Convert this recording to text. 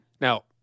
Now